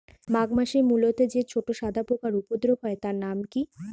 মাঘ মাসে মূলোতে যে ছোট সাদা পোকার উপদ্রব হয় তার নাম কি?